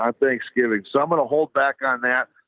um thanksgiving, someone to hold back on that.